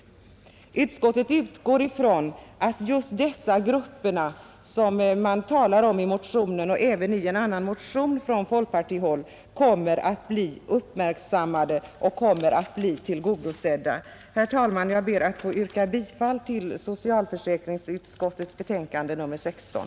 Utskottet utgår ifrån att just de grupper som man talar om i motionen 347, och även i en motion från folkpartihåll, kommer att bli uppmärksammade och tillgodosedda. Herr talman! Jag ber att få yrka bifall till socialförsäkringsutskottets hemställan i betänkande nr 16.